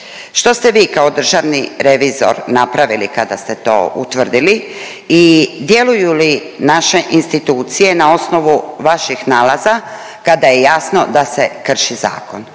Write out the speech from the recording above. Što ste vi kao državni revizor napravili kada ste to utvrdili i djeluju li naše institucije na osnovu vaših nalaza kada je jasno da se krši zakon?